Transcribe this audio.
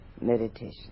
meditation